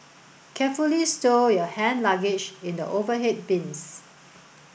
carefully stow your hand luggage in the overhead bins